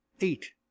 eight